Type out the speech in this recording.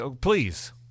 please